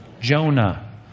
Jonah